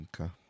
Okay